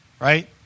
right